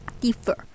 Differ